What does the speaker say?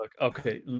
okay